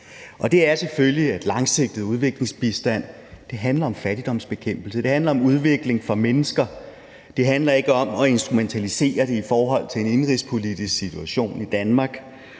det er selvfølgelig, at en langsigtet udviklingsbistand handler om fattigdomsbekæmpelse. Det handler om udvikling for mennesker, og det handler ikke om at instrumentalisere det i forhold til en indenrigspolitisk situation i Danmark,